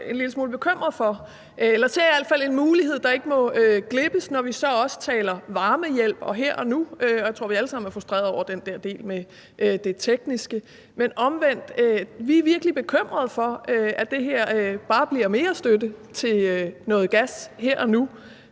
en lille smule bekymret eller ser i al fald en mulighed, der ikke må glippe, når vi så også taler varmehjælp her og nu. Jeg tror, at vi alle sammen er frustrerede over den der del med det tekniske. Men omvendt er vi virkelig bekymrede for, at det her bare bliver mere støtte til noget gas her og nu.